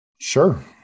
Sure